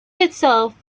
itself